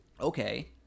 okay